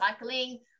recycling